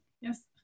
Yes